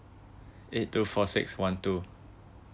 eight two four six one two